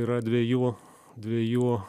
yra dviejų dviejų